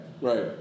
right